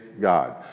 God